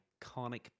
iconic